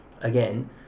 again